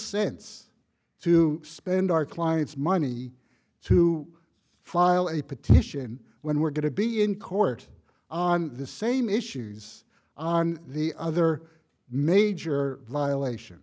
sense to spend our clients money to file a petition when we're going to be in court on the same issues on the other major violation